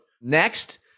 Next